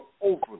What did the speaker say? overly